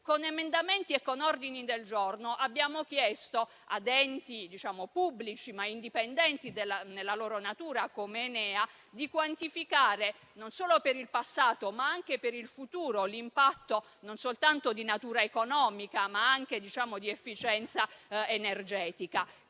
Con emendamenti e con ordini del giorno abbiamo chiesto ad enti pubblici, ma indipendenti nella loro natura, come Enea, di quantificare, non solo per il passato, ma anche per il futuro l'impatto, non soltanto di natura economica, ma anche di efficienza energetica.